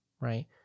Right